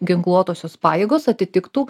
ginkluotosios pajėgos atitiktų